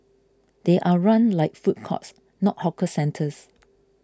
they are run like food courts not hawker centres